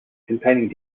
containing